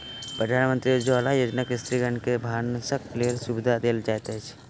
प्रधानमंत्री उज्ज्वला योजना में स्त्रीगण के भानसक लेल सुविधा देल जाइत अछि